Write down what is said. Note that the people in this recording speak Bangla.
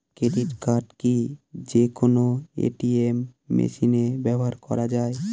ক্রেডিট কার্ড কি যে কোনো এ.টি.এম মেশিনে ব্যবহার করা য়ায়?